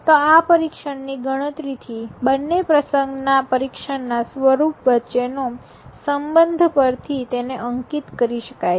તો આ પરીક્ષણ ની ગણતરી થી બંને પ્રસંગના પરિક્ષણના સ્વરૂપ વચ્ચેનો સંબંધ પરથી તેને અંકિત કરી શકાય છે